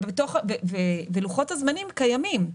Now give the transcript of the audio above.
ולוחות הזמנים קיימים.